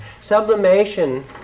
Sublimation